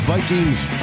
Vikings